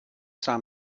saw